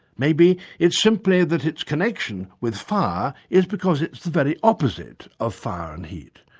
maybe it's simply that its connection with fire is because it's the very opposite of fire and heat,